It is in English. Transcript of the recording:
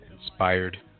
inspired